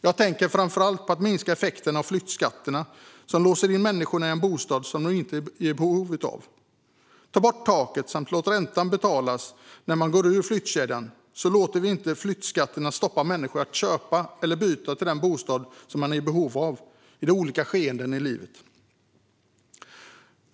Jag tänker framför allt på att minska effekterna av flyttskatterna, som låser in människor i bostäder som de inte är i behov av. Ta bort taket och låt räntan betalas när man går ur flyttkedjan! Då låter vi inte flyttskatterna stoppa människor från att köpa eller byta till den bostad de är i behov av i olika skeenden i livet.